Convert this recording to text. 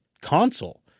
console